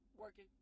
working